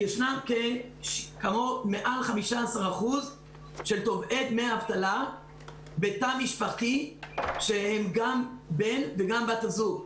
ישנם מעל 15% של תובעי דמי אבטלה בתא משפחתי שהם גם בן וגם בת הזוג.